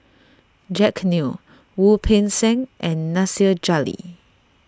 Jack Neo Wu Peng Seng and Nasir Jalil